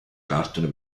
partono